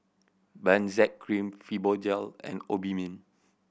Benzac Cream Fibogel and Obimin